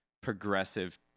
progressive